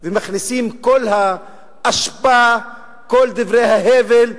ומכניסים את כל האשפה, את כל דברי ההבל,